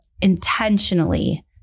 intentionally